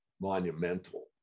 monumental